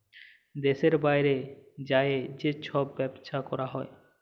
দ্যাশের বাইরে যাঁয়ে যে ছব ব্যবছা ক্যরা হ্যয়